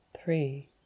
three